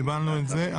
קיבלנו את זה.